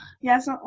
yes